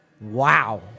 Wow